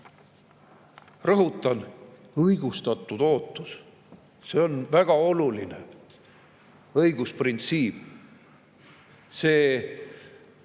Rõhutan: õigustatud ootus on väga oluline õigusprintsiip. See